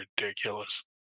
ridiculous